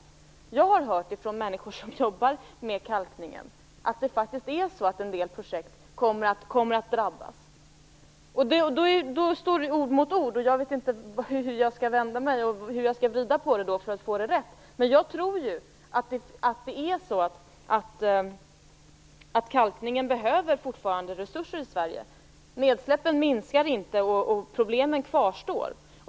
Jag har hört från människor som jobbar med kalkning att en del projekt faktiskt kommer att drabbas. Då står ord mot ord, och jag vet inte hur jag skall vrida på det här för att få det rätt. Jag tror att kalkningen i Sverige fortfarande behöver resurser. Nedsläppen minskar inte, och problemen kvarstår.